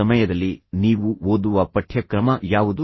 ಈ ಸಮಯದಲ್ಲಿ ನೀವು ಓದುವ ಪಠ್ಯಕ್ರಮ ಯಾವುದು